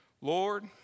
Lord